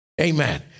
Amen